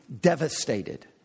devastated